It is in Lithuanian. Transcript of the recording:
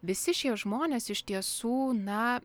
visi šie žmonės iš tiesų na